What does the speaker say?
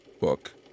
book